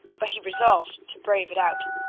but he resolved to brave it out.